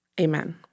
Amen